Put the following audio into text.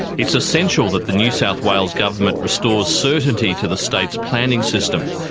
it is essential that the new south wales government restores certainty to the state's planning system.